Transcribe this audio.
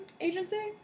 agency